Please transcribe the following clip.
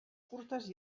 curtes